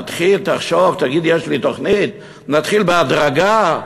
תתחיל, תחשוב, תגיד: יש לי תוכנית, נתחיל בהדרגה,